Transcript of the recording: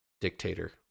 dictator